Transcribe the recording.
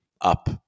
up